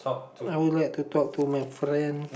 I would like to talk to my friend